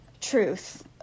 truth